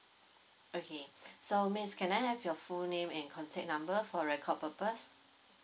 okay so miss can I have your full name and contact number for record purpose